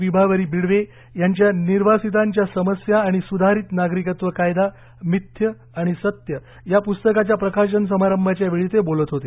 विभावरी बिडवे यांच्या निर्वासितांच्या समस्या आणि सुधारित नागरिकत्व कायदा मिथ्य आणि सत्य या प्रस्तकाच्या प्रकाशन समारंभाच्या वेळी ते बोलत होते